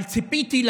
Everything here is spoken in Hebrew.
אבל ציפיתי.